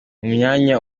myanya